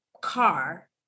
car